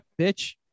bitch